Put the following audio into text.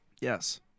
Yes